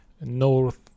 north